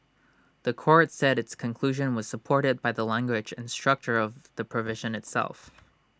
The Court said its conclusion was supported by the language and structure of the provision itself